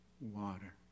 water